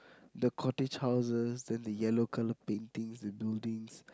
the cottage houses then the yellow colour paintings the buildings